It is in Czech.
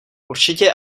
určitě